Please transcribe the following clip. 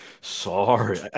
Sorry